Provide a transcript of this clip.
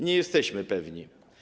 Nie jesteśmy pewni.